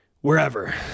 wherever